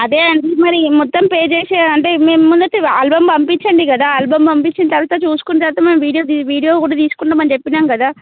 అదే అంటున్న మరి మొత్తం పే చేయాలి అంటే మేము ముందైతే ఆల్బమ్ పంపించండి కదా ఆల్బమ్ పంపించిన తరువాత చూసుకున్న తరువాత మేము వీడియో వీడియో కూడా తీసుకుంటాం అని చెప్పినాం కదా